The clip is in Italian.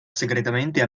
segretamente